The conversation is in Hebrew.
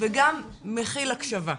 וגם מכיל הקשבה,